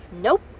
Nope